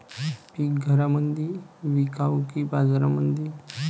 पीक घरामंदी विकावं की बाजारामंदी?